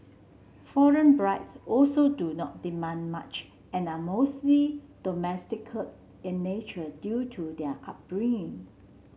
foreign brides also do not demand much and are mostly in nature due to their upbringing